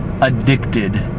addicted